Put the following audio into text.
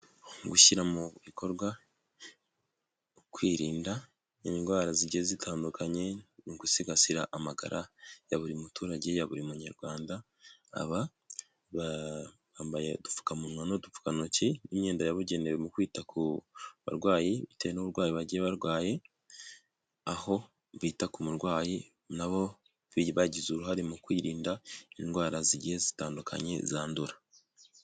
Gushyira mu bikorwa kwirinda indwara zigiye zitandukanye no gusigasira amagara ya buri muturage ya buri munyarwanda abambaye udupfukamunwa n'udupfukantoki n'imyenda yabugenewe mu kwita ku barwayi bitewe n'uburwayi bagiye barwaye, aho bita ku murwayi nabo bagize uruhare mu kwirinda indwara zigiye zitandukanye zandura.